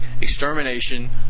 extermination